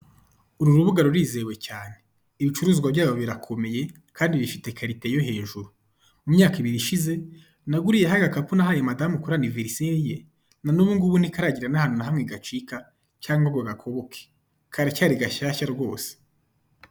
Uru rubuga rurizewe cyane iicuruzwa byabo birakomeye kandi bifite karite yo hejuru. Mu myaka ibiri ishize naguriyeho agakapu nahaye madamu kuri aniveriseri ye na n'ubungubu ntikaragira n'ahantu na hamwe gacika cyangwa ngo gakoboke karacyari gashyashya rwose.